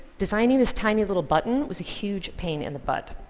designing this tiny little button was a huge pain in the butt.